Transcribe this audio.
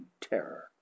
terror